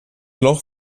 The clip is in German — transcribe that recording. loch